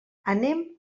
anem